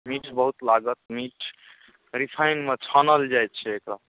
मिठ बहुत लागत मिठ रिफाइनमे छानल जाइ छै एकरा